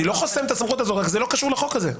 אני לא חוסם את הסמכות הזאת אבל זה לא קשור לחוק הזה.